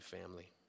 family